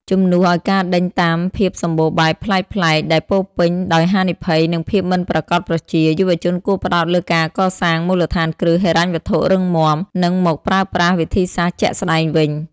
ជំនួសឱ្យការដេញតាមភាពសម្បូរបែបភ្លាមៗ ដែលពោរពេញដោយហានិភ័យ និងភាពមិនប្រាកដប្រជា យុវជនគួរផ្តោតលើការកសាងមូលដ្ឋានគ្រឹះហិរញ្ញវត្ថុរឹងមាំ និងមកប្រើប្រាស់វិធីសាស្រ្តជាក់ស្តែងវិញ។